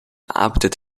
arbeitet